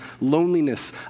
loneliness